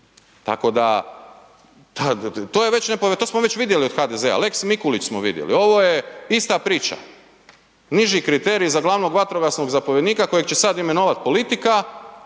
to je, to smo već vidjeli od HDZ-a, Lex Mikulić smo vidjeli, ovo je ista priča, niži kriterij za glavnog vatrogasnog zapovjednika kojeg će sad imenovat politika